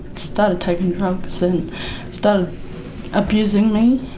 started taking drugs and started abusing me.